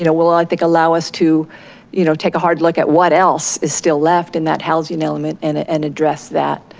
you know will i think allow us to you know take a hard look at what else is still left in that housing and element and ah and address that.